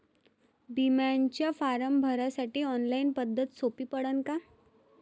बिम्याचा फारम भरासाठी ऑनलाईन पद्धत सोपी पडन का?